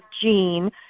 gene